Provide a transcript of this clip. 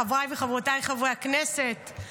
חבריי וחברותיי חברי הכנסת,